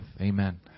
Amen